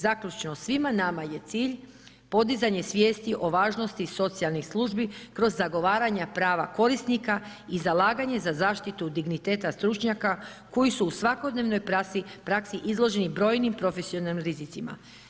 Zaključno, svima nama je cilj podizanje svijesti o važnosti socijalnih službi kroz zagovaranje prava korisnika i zalaganje za zaštitu digniteta stručnjaka koji su svakodnevnoj praksi izloženi brojnim profesionalnim rizicima.